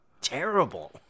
terrible